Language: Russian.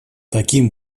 таким